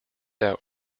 out